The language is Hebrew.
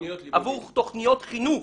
עבור תוכניות חינוך,